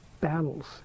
battles